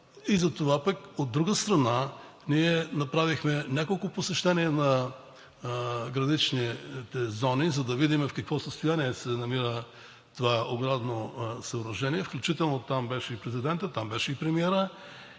вълни, а пък, от друга страна, ние направихме няколко посещения на граничните зони, за да видим в какво състояние се намира това оградно съоръжение, включително там беше и президентът, и премиерът.